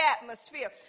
atmosphere